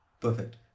Perfect